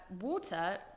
water